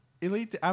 Elite